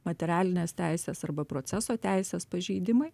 materialinės teisės arba proceso teisės pažeidimai